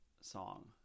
song